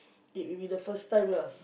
it will be the first time lah